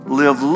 live